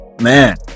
man